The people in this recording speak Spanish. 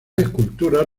esculturas